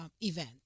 event